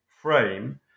frame